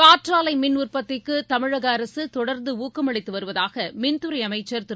காற்றாலை மின்உற்பத்திற்கு தமிழக அரசு தொடர்ந்து ஊக்கமளித்து வருவதாக மின்துறை அமைச்சர் திரு